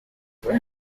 where